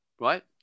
right